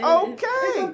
okay